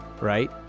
right